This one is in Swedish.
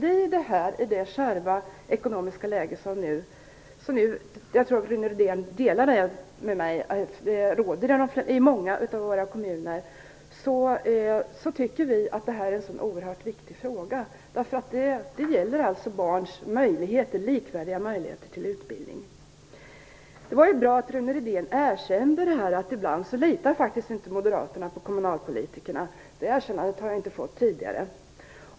I det kärva ekonomiska läge som - jag tror Rune Rydén delar den bedömningen med mig - råder i många kommuner tycker vi att det här är en oerhört viktig fråga. Det gäller barns likvärdiga möjligheter till utbildning. Det var ju bra att Rune Rydén erkände att moderaterna ibland inte litar på kommunalpolitikerna. Det erkännandet har jag inte hört tidigare.